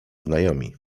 znajomi